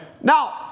Now